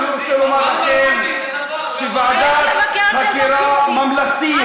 אני רוצה לומר לכם שוועדת חקירה ממלכתית,